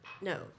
No